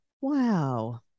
Wow